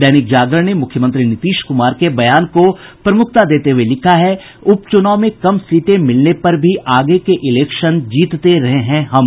दैनिक जागरण ने मुख्यमंत्री नीतीश कुमार के बयान को प्रमुखता देते हुये लिखा है उच चुनाव में कम सीटें मिलने पर भी आगे के इलेक्शन जीतते रहे हैं हम